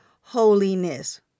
holiness